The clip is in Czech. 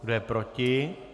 Kdo je proti?